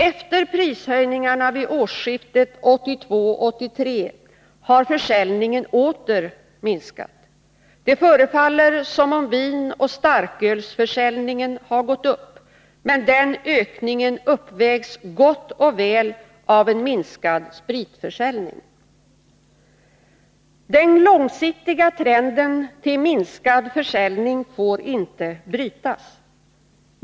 Efter prishöjningarna vid årsskiftet 1982-1983 har försäljningen åter minskat. Det förefaller som om vinoch starkölsförsäljningen har gått upp. Men den ökningen uppvägs gott och väl av en minskad spritförsäljning. Den långsiktiga trenden till minskad försäljning får inte brytas.